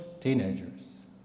teenagers